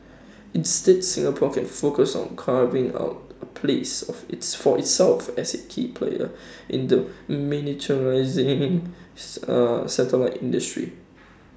instead Singapore can focus on carving out A place of its for itself as A key player in the miniaturised A satellite industry